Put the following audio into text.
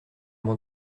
m’en